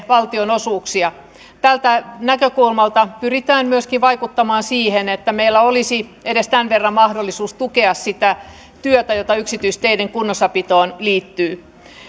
valtionosuuksia tältä näkökulmalta pyritään myöskin vaikuttamaan siihen että meillä olisi edes tämän verran mahdollisuus tukea sitä työtä jota yksityisteiden kunnossapitoon liittyy